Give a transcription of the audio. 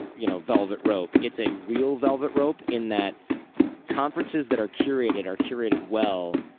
you know velvet rope. it's a real velvet rope in that conferences that are curated are curated well.